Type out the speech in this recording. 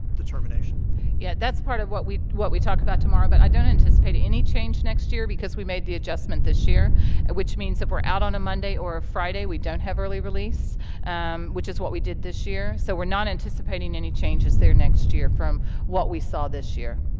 determination yeah that's part of what we what we talk about tomorrow but i don't anticipate any change next year because we made the adjustment this year ah which means if we're out on a monday or a friday we don't have early release which is what we did this year so we're not anticipating any changes there next year from what we saw this year